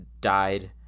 died